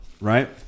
Right